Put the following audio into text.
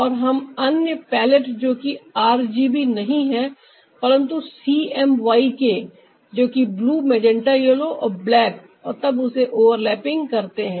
और हम अन्य पलेट जो कि आरजीबी नहीं है परन्तु CMYK जो कि ब्लू मैजेंटा येलो और ब्लैक और तब उसे ओवरलैपिंग करते हैं